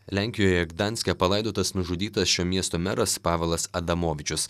lenkijoje gdanske palaidotas nužudytas šio miesto meras pavelas adamovičius